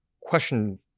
question